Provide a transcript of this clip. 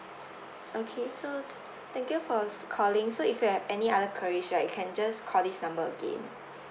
okay so thank you for calling so if you have any other queries right you can just call this number again